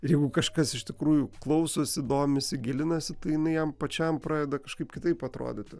ir jeigu kažkas iš tikrųjų klausosi domisi gilinasi tai jinai jam pačiam pradeda kažkaip kitaip atrodyti